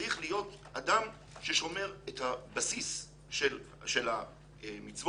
צריך להיות אדם ששומר את הבסיס של המצוות,